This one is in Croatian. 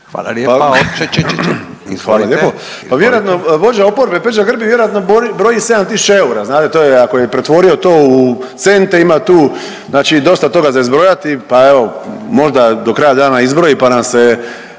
Hvala lijepo. Pa vjerojatno je vođa oporbe Peđa Grbin vjerojatno broji 7000 eura, znate ako je to pretvorio to u cente ima tu znači dosta toga za izbrojati, pa evo možda do kraja dana izbroji pa nam se